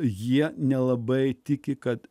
jie nelabai tiki kad